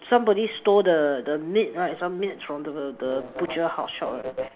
somebody stole the the meat right some meats from the the butcher house shop right